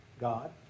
God